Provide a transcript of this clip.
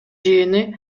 жыйыны